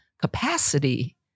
capacity